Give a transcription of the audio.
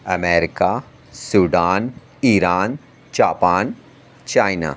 America Sudan Iran Japan China